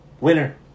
winner